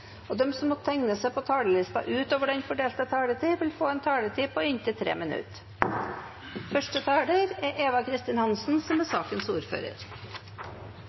og dei som måtte teikna seg på talarlista utover den fordelte taletida, får ei taletid på inntil 3 minutt. Som